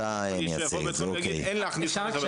יכול בית חולים להגיד שאין להכניס חמץ.